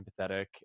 empathetic